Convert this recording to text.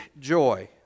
joy